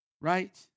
right